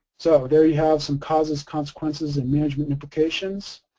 so there you have some causes, consequences, and management implications.